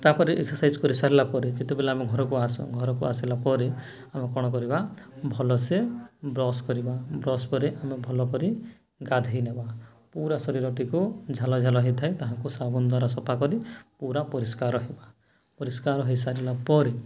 ତାପରେ ଏକ୍ସରସାଇଜ କରିସାରିଲା ପରେ ଯେତେବେଳେ ଆମେ ଘରକୁ ଆସୁ ଘରକୁ ଆସିଲା ପରେ ଆମେ କ'ଣ କରିବା ଭଲସେ ବ୍ରସ କରିବା ବ୍ରସ ପରେ ଆମେ ଭଲ କରି ଗାଧେଇ ନେବା ପୁରା ଶରୀରଟିକୁ ଝାଳ ଝାଳ ହେଇଥାଏ ତାହାକୁ ସାବୁନ ଦ୍ୱାରା ସଫା କରି ପୁରା ପରିଷ୍କାର ହେବା ପରିଷ୍କାର ହୋଇସାରିଲା ପରେ